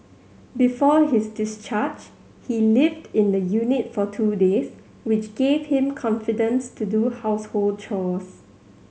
before his discharge he lived in the unit for two days which gave him confidence to do household chores